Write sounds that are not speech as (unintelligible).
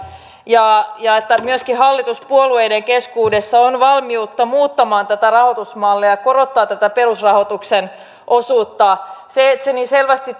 ja ja että myöskin hallituspuolueiden keskuudessa on valmiutta muuttaa tätä rahoitusmallia ja ja korottaa tätä perusrahoituksen osuutta se että se niin selvästi (unintelligible)